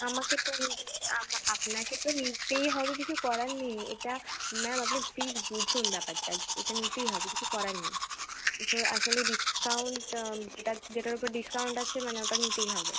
আমাকে তো নি আপনাকে তো নিতেই হবে কিছু করার নেই এটা ম্যাম আপনি প্লিজ বুঝুন ব্যাপারটা এটা নিতেই হবে কিছু করার নেই যো আসলে ডিসকাউন্ট যেটা যেটার ওপর ডিসকাউন্ট আছে মানে ওটা নিতেই হবে